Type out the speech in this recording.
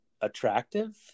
attractive